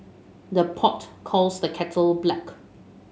the pot calls the kettle black